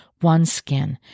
OneSkin